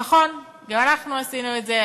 נכון, גם אנחנו עשינו את זה.